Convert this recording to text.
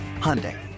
Hyundai